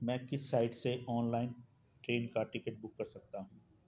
मैं किस साइट से ऑनलाइन ट्रेन का टिकट बुक कर सकता हूँ?